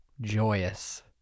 joyous